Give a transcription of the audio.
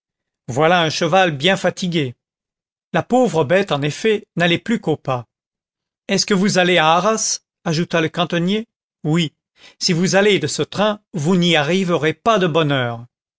voilà un cheval bien fatigué la pauvre bête en effet n'allait plus qu'au pas est-ce que vous allez à arras ajouta le cantonnier oui si vous allez de ce train vous n'y arriverez pas de bonne